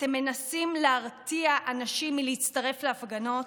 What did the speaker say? אתם מנסים להרתיע אנשים מלהצטרף להפגנות,